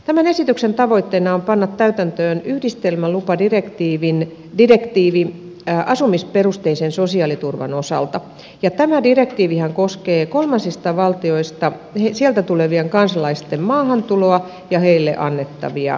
tämän esityksen tavoitteena on panna täytäntöön yhdistelmälupadirektiivi asumisperusteisen sosiaaliturvan osalta ja tämä direktiivihän koskee kolmansista valtioista tulevien kansalaisten maahantuloa ja heille annettavia oikeuksia